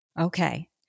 Okay